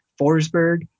Forsberg